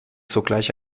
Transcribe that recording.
sogleich